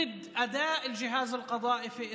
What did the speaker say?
על תפקוד מערכת המשפט בישראל,